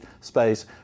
space